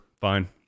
fine